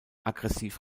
aggressiv